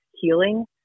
healing